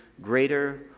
greater